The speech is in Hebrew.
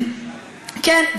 כן,